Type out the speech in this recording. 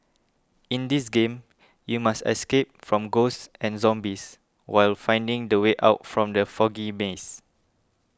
in this game you must escape from ghosts and zombies while finding the way out from the foggy maze